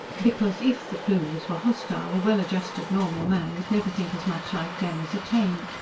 because if the plumies were hostile, a well-adjusted, normal man would never think as much like them as a taine.